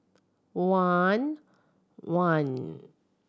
one one